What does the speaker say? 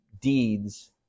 deeds